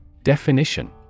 Definition